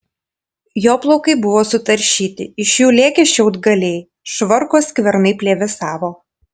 jo plaukai buvo sutaršyti iš jų lėkė šiaudgaliai švarko skvernai plevėsavo